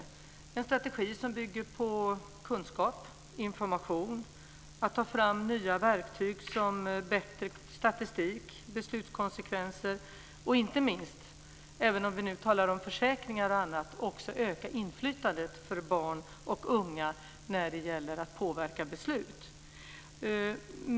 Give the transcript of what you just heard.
Det är en strategi som bygger på kunskap och information, att ta fram nya verktyg som bättre statistik, beslutskonsekvenser och inte minst - även om vi nu talar om försäkringar och annat - öka inflytandet för barn och unga när det gäller att påverka beslut.